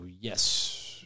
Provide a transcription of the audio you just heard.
yes